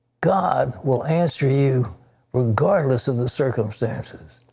god will answer you regardless of the circumstances.